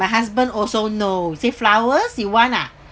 my husband also no say flowers you want ah